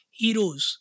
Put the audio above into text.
heroes